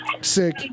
Sick